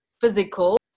physical